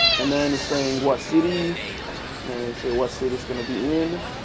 and then it's saying what city. and then say what city it's gonna be in?